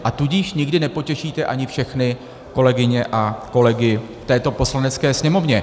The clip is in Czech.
A tudíž nikdy nepotěšíte ani všechny kolegyně a kolegy v této Poslanecké sněmovně.